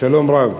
שלום רב.